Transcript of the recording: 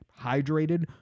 hydrated